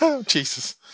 Jesus